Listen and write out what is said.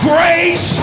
Grace